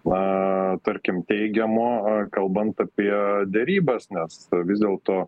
na tarkim teigiamo kalbant apie derybas nes vis dėlto